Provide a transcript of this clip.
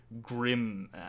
grim